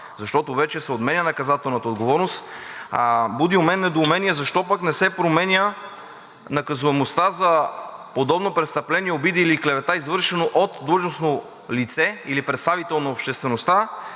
защото вече се отменя наказателната отговорност. Буди у мен недоумение защо не се променя наказуемостта за подобно престъпление – обида или клевета, извършено от длъжностно лице или представител на обществеността,